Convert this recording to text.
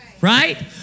right